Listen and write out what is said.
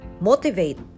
motivate